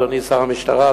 אדוני שר המשטרה,